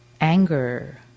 anger